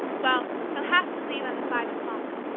well, he'll have to leave on the five o'clock!